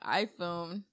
iphone